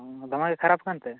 ᱫᱚᱢᱮ ᱜᱮ ᱠᱷᱟᱨᱟᱯ ᱟᱠᱟᱱᱛᱮ